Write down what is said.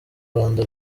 rwanda